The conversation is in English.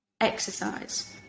exercise